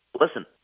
listen